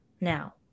now